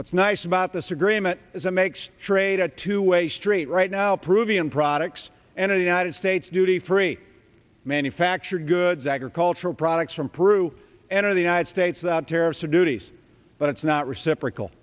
what's nice about this agreement is it makes trade a two way street right now proven products and in the united states duty free manufactured goods agricultural products from peru enter the united states that terrorists are duties but it's not reciprocal